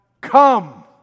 come